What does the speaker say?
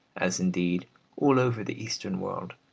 as indeed all over the eastern world.